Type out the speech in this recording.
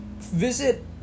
visit